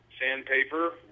sandpaper